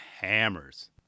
hammers